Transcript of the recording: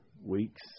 weeks